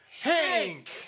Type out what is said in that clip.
Hank